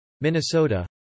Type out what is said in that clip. Minnesota